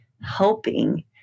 helping